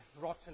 rotten